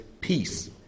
Peace